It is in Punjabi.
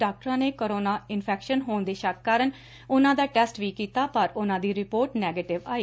ਡਾਕਟਰ ਨੇ ਕੋਰੋਨਾ ਇਨਫੈਕਸ਼ਨ ਹੋਣ ਦੇ ਸ਼ੱਕ ਕਾਰਨ ਉਨੁਾਂ ਦਾ ਟੈਸਟ ਵੀ ਕੀਤਾ ਪਰ ਉਹਨਾਂ ਦੀ ਕੋਰੋਨਾ ਰਿਪੋਰਟ ਨੈਗੇਟਿਵ ਆਈ